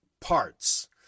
parts